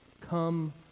Come